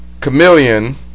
chameleon